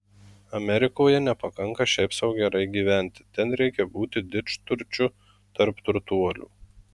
amerikoje nepakanka šiaip sau gerai gyventi ten reikia būti didžturčiu tarp turtuolių